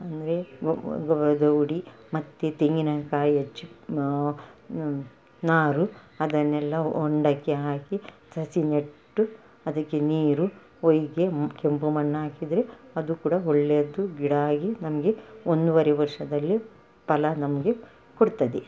ಅಂದರೆ ಗೊಬ್ಬರದ ಉಡಿ ಮತ್ತೆ ತೆಂಗಿನ ಕಾಯಿ ಅಚ್ಚು ನಾರು ಅದನ್ನೆಲ್ಲ ಒಂಡಕ್ಕೆ ಹಾಕಿ ಸಸಿ ನೆಟ್ಟು ಅದಕ್ಕೆ ನೀರು ಒಯ್ಗೆ ಕೆಂಪು ಮಣ್ಣು ಹಾಕಿದರೆ ಅದು ಕೂಡ ಒಳ್ಳೆಯದು ಗಿಡ ಆಗಿ ನಮಗೆ ಒಂದುವರೆ ವರ್ಷದಲ್ಲಿ ಫಲ ನಮಗೆ ಕೊಡ್ತದೆ